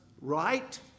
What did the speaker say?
right